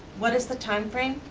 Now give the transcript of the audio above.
what is the time-frame,